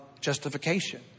justification